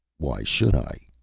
why should i?